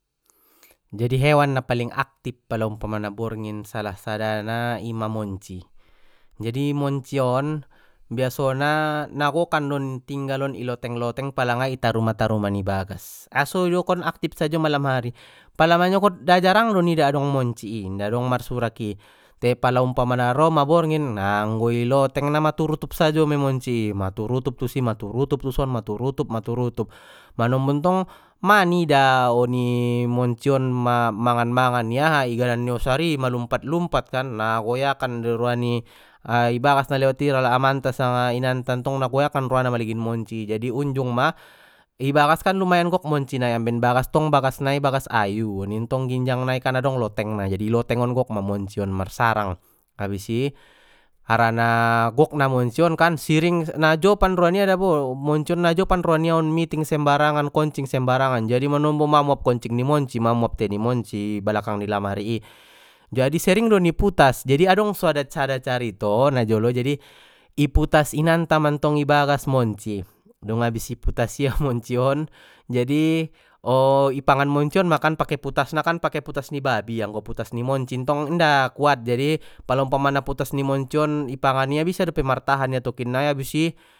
Jadi hewan na paling aktif pala umpamana borngin salah sadana ima monci, jadi monci on biasona na gokkan don tinggal on i loteng loteng palanga i taruma taruma ni bagas aso idokon aktif sajo malam hari pala manyogot na jarang do nida adong monci i inda dong marsurak i te pala umpamana ro ma borngin ha anggo i loteng na maturutup sajo mei monci i maturutup tusi maturutup tuson maturutup maturutup manombo ntong mang nida oni monci on ma-mangan mangan i aha di ganan ni osar i malumpat lumpat kan nagoyakan dei roa ni i bagas na lewat i lala amanta sanga inanta ntong na goyakan roana maligin monci i jadi unjung ma ibagas kan lumayan gok monci nai amben bagas tong bagas nai bagas ayu oni tong ginjang nai kan adong loteng na jadi lotengon gok ma monci on marsarang habis i harana gok na monci on kan na jopan ro nia dabo monci on na jopan roa nia on miting sembarangan koncing sembarangan jadi manombo ma muap koncing ni monci ma muap te ni monci i balakang ni lamari i jadi sering don i putas jadi adong suada sada carito najolo jadi i putas inanta mantong ibagas monci dung abis di putas ia monci on jadi ipangan monci on ma kan pake putas na kan pake putas ni babi anggo putas ni monci ntong inda kuat jadi pala umpamana putas ni monci on i pangan ia bisa dope martahan ia tokinnai abis i.